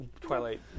Twilight